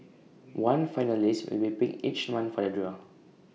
one finalist will be picked each month for the draw